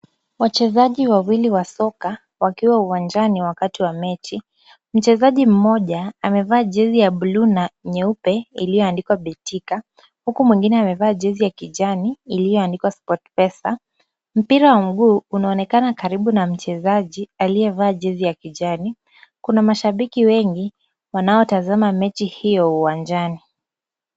Wachezaji wawili wa soka wakiwa uwanjani wakati wa mechi. Mchezaji mmoja amevaa jezi ya buluu na nyeupe iliyoandikwa Betika. Huku mwengine amevaa jezi ya kijani iliyoandikwa Sportpesa . Mpira wa mguu unaonekana karibu na mchezaji aliyevaa jezi ya kijani. Kuna mashabiki wengi wanaotazama mechi hiyo uwanjani.